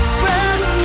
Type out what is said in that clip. best